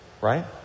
right